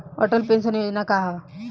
Atal pension Yojana का ह?